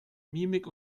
mimik